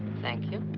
thank you.